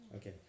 Okay